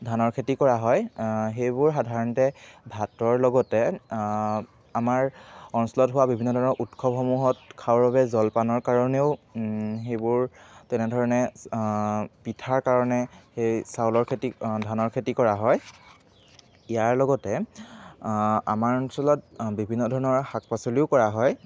ধানৰ খেতি কৰা হয় সেইবোৰ সাধাৰণতে ভাতৰ লগতে আমাৰ অঞ্চলত হোৱা বিভিন্ন ধৰণৰ উৎসৱসমূহত খোৱাৰ বাবে জলপানৰ কাৰণেও সেইবোৰ তেনেধৰণে পিঠাৰ কাৰণে সেই চাউলৰ খেতি ধানৰ খেতি কৰা হয় ইয়াৰ লগতে আমাৰ অঞ্চলত বিভিন্ন ধৰণৰ শাক পাচলিও কৰা হয়